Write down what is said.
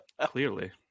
clearly